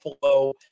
flow